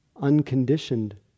unconditioned